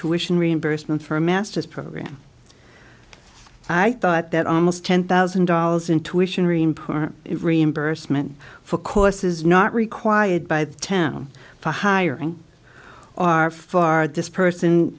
an reimbursement for a master's program i thought that almost ten thousand dollars in tuition reimport reimbursement for courses not required by the town for hiring or far this person